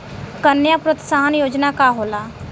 कन्या प्रोत्साहन योजना का होला?